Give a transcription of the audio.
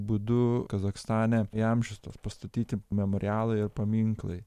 būdu kazachstane įamžintos pastatyti memorialai ir paminklai